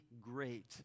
great